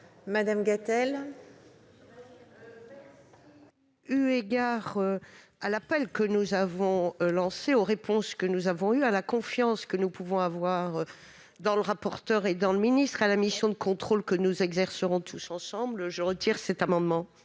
maintenu ? Eu égard à l'appel que nous avons lancé, aux réponses que nous avons reçues, à la confiance que nous entretenons à l'égard du rapporteur et du ministre ainsi qu'à la mission de contrôle que nous exercerons tous ensemble, je retire cet amendement.